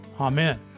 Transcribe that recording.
Amen